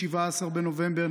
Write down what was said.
17 בנובמבר,